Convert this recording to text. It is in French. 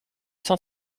cent